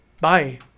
bye